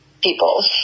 people